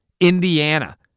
Indiana